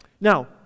Now